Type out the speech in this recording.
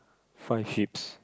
five heaps